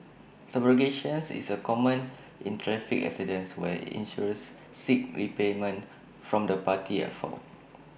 subrogation is A common in traffic accidents where insurers seek repayment from the party at fault